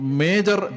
major